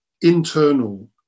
internal